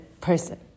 person